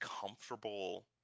comfortable